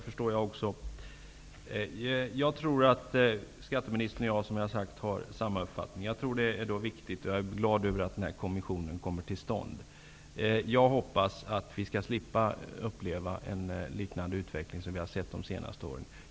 Fru talman! Jag tror att skatteministern och jag har samma uppfattning. Jag är glad över att denna kommitté kommer till stånd. Jag hoppas att vi skall slippa uppleva en utveckling liknande den vi har sett de senaste åren.